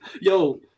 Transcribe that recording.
Yo